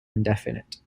indefinite